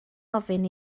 ofyn